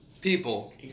people